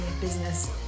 business